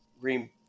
Green